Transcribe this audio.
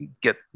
get